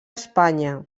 espanya